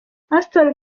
ashton